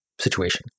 situation